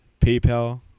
paypal